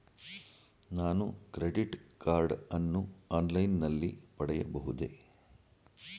ನಾನು credit card ಅನ್ನು online ನಲ್ಲಿ ಪಡೆಯಬಹುದೇ?